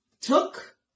took